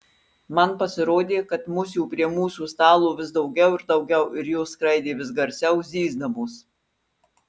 man pasirodė kad musių prie mūsų stalo vis daugiau ir daugiau ir jos skraidė vis garsiau zyzdamos